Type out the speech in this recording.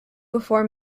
before